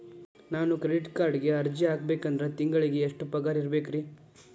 ನಾನು ಕ್ರೆಡಿಟ್ ಕಾರ್ಡ್ಗೆ ಅರ್ಜಿ ಹಾಕ್ಬೇಕಂದ್ರ ತಿಂಗಳಿಗೆ ಎಷ್ಟ ಪಗಾರ್ ಇರ್ಬೆಕ್ರಿ?